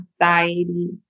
anxiety